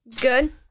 Good